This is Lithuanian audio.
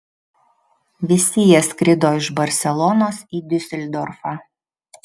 visi jie skrido iš barselonos į diuseldorfą